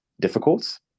difficult